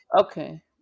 Okay